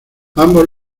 ambos